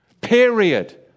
Period